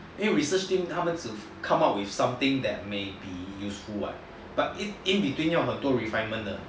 因为 research team 他们只 come out with something that may be useful [what] but in between 要很多 refinement 的一个 prototype